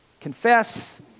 confess